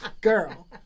Girl